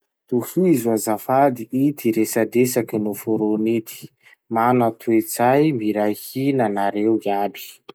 Tohizo azafady ity resadresaky noforony ity: Mana toetsay miray hinao nareo iaby.